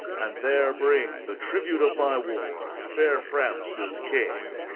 and there bring the tribute of my wars, fair france his king.